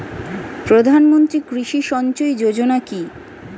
প্রধানমন্ত্রী কৃষি সিঞ্চয়ী যোজনা কি?